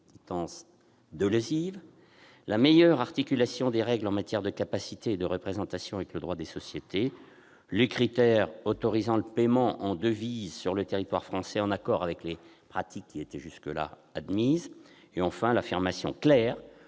la meilleure articulation des règles en matière de capacité et de représentation avec le droit des sociétés ; les critères autorisant le paiement en devises sur le territoire français, en accord avec les pratiques jusque-là admises ; ou encore l'affirmation claire